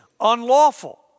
unlawful